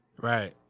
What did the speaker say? Right